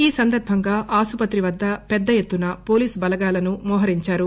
ఈ సందర్బంగా ఆస్పత్రి వద్ద పెద్ద ఎత్తున పోలీస్ బలగాలను మోహరించారు